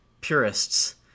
purists